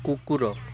କୁକୁର